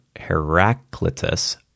Heraclitus